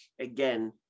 again